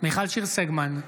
מיכל שיר סגמן,